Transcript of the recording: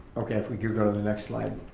okay, if we can go to the next slide.